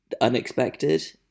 unexpected